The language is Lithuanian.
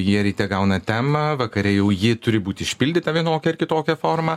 jie ryte gauna temą vakare jau ji turi būti išpildyta vienokia ar kitokia forma